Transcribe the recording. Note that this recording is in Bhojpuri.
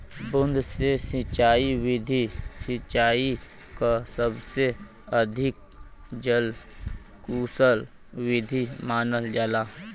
बूंद से सिंचाई विधि सिंचाई क सबसे अधिक जल कुसल विधि मानल जाला